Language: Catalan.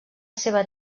seva